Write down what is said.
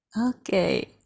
okay